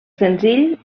senzill